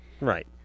Right